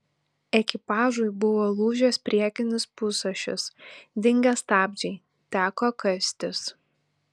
ekipažui buvo lūžęs priekinis pusašis dingę stabdžiai teko kastis